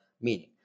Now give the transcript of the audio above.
meaning